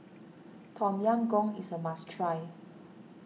Tom Yam Goong is a must try